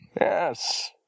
Yes